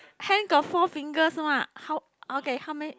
hen got four fingers [one] how okay how many